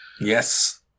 Yes